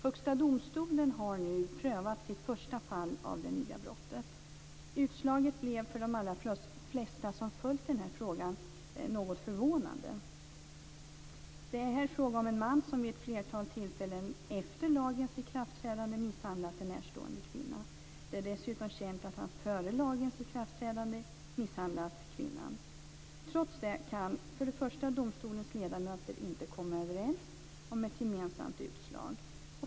Högsta domstolen har nu prövat sitt första fall av det nya brottet. Utslaget blev för de allra flesta som följt frågan något förvånande. Det är här fråga om en man som vid ett flertal tillfällen efter lagens ikraftträdande misshandlat en närstående kvinna. Det är dessutom känt att han före lagens ikraftträdande misshandlat kvinnan. Trots det kan för det första domstolens ledamöter inte komma överens om ett gemensamt utslag.